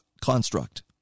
construct